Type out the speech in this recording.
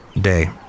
day